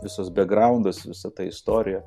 visas bekgraundas visa tai istorija